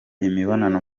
imibonano